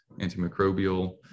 antimicrobial